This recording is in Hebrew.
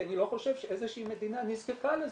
כי אני לא חושב שאיזו שהיא מדינה נזקקה לזה.